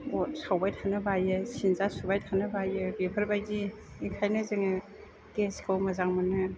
अर सावबाय थानो बायो सिनजा सुबाय थानो बायो बेफोरबायदि ओंखायनो जोङो गेसखौ मोजां मोनो